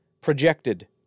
projected